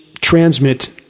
transmit